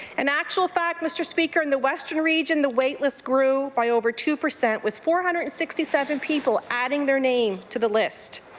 and actual fact mr. speaker in the western region the wait list grew by over two percent with four hundred and sixty seven people adding their name to the list.